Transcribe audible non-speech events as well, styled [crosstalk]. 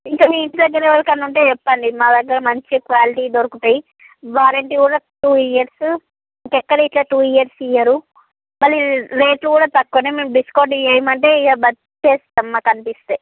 ఇంకా మీ ఇంటిదగ్గర ఎవరికైనా ఉంటే చెప్పండి మా దగ్గర మంచి క్వాలిటీ దొరుకుతాయి వారంటీ కూడా టు ఇయర్స్ ఇంకెక్కడ కూడా టూ ఇయర్స్ ఇవ్వరు మళ్ళీ రేట్లు కూడా తక్కువే మేము డిస్కౌంట్ ఇవ్వమంటే [unintelligible] మాకనిపిస్తే